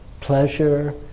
pleasure